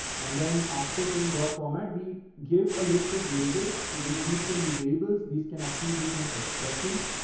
and then after saying dot format, we give a list of variables. so these these can be variables. these can actually be some expressions.